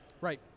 right